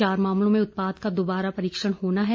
चार मामलों में उत्पाद का दोबारा परीक्षण होना है